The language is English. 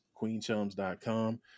queenchums.com